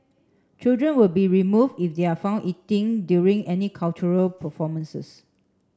children will be remove if they are found eating during any cultural performances